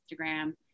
Instagram